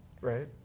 Right